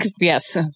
Yes